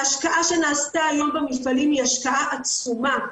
ההשקעה שנעשתה היום במפעלים היא השקעה עצומה.